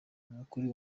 nukuri